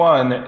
One